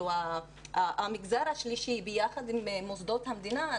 המגזר השלישי ביחד עם מוסדות המדינה,